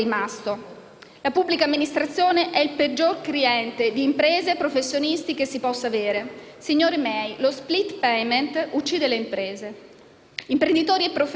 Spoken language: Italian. La pubblica amministrazione è il peggior cliente che imprese e professionisti possano avere. Signori miei, lo *split payment* uccide le imprese. Imprenditori e professionisti